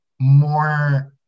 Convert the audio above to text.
more